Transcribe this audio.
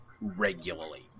regularly